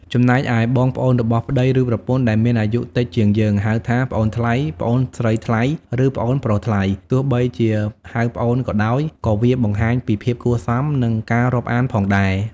ចំណែកឯបងប្អូនរបស់ប្ដី ឬប្រពន្ធដែលមានអាយុតិចជាង យើងហៅថា ប្អូនថ្លៃ, ប្អូនស្រីថ្លៃ ឬ ប្អូនប្រុសថ្លៃ ទោះបីជាហៅប្អូនក៏ដោយ ក៏វាបង្ហាញពីភាពគួរសម និងការរាប់អានផងដែរ។